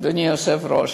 אדוני היושב-ראש,